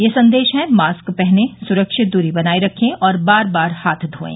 ये संदेश हैं मास्क पहनें सुरक्षित दूरी बनाए रखें और बार बार हाथ धोये